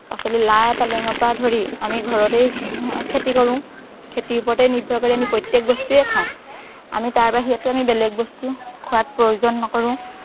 পাচলি লাই পালেঙৰ পৰা ধৰি আমি ঘৰতেই খেতি কৰোঁ খেতিৰ ওপৰতেই নিৰ্ভৰ কৰি আমি প্ৰত্যেক বস্তুৱেই খাওঁ আমি তাৰ বাহিৰেতো আমি বেলেগ বস্তু খোৱাত প্ৰয়োজন নকৰোঁ